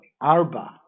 Arba